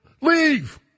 Leave